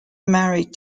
married